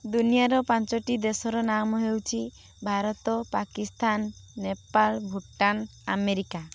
ଦୁନିଆର ପାଞ୍ଚଟି ଦେଶର ନାମ ହେଉଛି ଭାରତ ପାକିସ୍ତାନ ନେପାଳ ଭୂଟାନ ଆମେରିକା